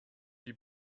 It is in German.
die